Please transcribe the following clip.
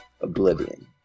oblivion